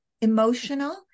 emotional